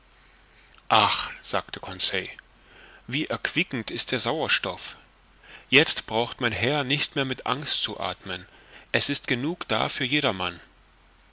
ach sagte conseil wie erquickend ist der sauerstoff jetzt braucht mein herr nicht mehr mit angst zu athmen es ist genug da für jedermann